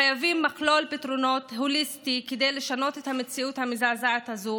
חייבים מכלול פתרונות הוליסטי כדי לשנות את המציאות המזעזעת הזאת.